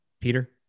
Peter